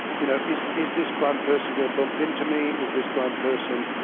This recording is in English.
you know is is this blind person gonna bump into me? is this blind person,